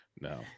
No